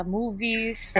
movies